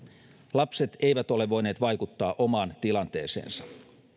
lapset eivät ole voineet vaikuttaa omaan tilanteeseensa